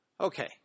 Okay